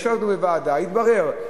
ישבת בוועדה: התברר,